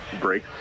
break